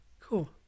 Cool